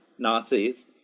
Nazis